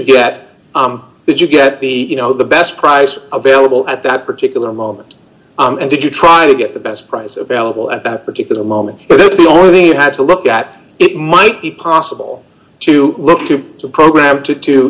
get did you get the you know the best price available at that particular moment and did you try to get the best price available at that particular moment but the only thing you had to look at it might be possible to look to the program to to